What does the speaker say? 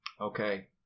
Okay